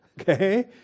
okay